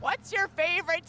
what's your favorite